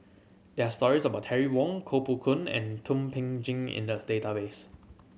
there are stories about Terry Wong Koh Poh Koon and Thum Ping Tjin in the database